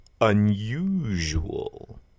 Unusual